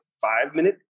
five-minute